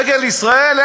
דגל ישראל,